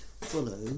follow